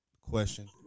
question